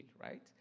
right